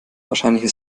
wahrscheinlich